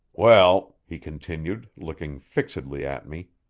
well, he continued, looking fixedly at me,